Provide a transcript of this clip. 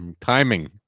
Timing